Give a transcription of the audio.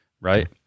Right